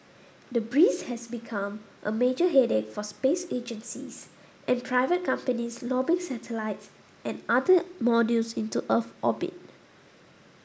debris has become a major headache for space agencies and private companies lobbing satellites and other modules into Earth orbit